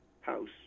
house